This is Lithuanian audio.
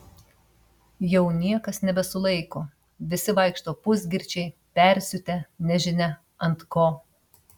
jau niekas nebesulaiko visi vaikšto pusgirčiai persiutę nežinia ant ko